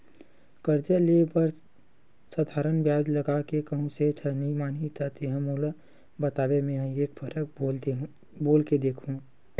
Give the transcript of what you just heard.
करजा ले बर साधारन बियाज लगा के कहूँ सेठ ह नइ मानही त तेंहा मोला बताबे मेंहा एक फरक बोल के देखहूं